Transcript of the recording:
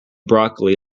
broccoli